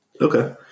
okay